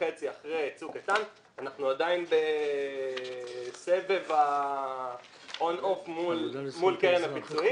אחרי צוק איתן, אנחנו עדיין בסבב מול קרן הפיצויים